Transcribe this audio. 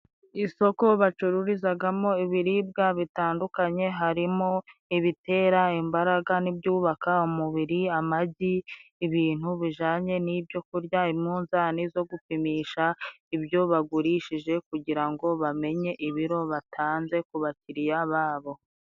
Isoko bacururizagamo ibiribwa bitandukanye, harimo ibitera imbaraga n'ibyubaka umubiri, amagi ibintu bijanye n'ibyokurya, imunzani zo gupimisha ibyo bagurishije kugira ngo bamenye ibiro batanze ku bakiriya babo.